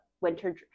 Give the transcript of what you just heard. winter